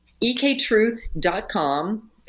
ektruth.com